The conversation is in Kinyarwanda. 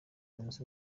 zunze